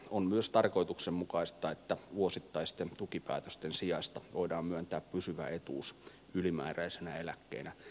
on myös tarkoituksenmukaista että vuosittaisten tukipäätösten sijasta voidaan myöntää pysyvä etuus ylimääräisenä eläkkeenä